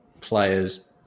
players